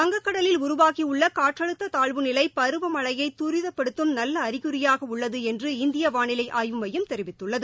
வங்கக்கடலில் உருவாகியுள்ள காற்றழுத்த தாழ்வுநிலை பருவமழையை தரிதப்படுத்தும் நல்ல அறிகுறியாக உள்ளது என்று இந்திய வாளிலை ஆயு்வ மையம் தெரிவித்துள்ளது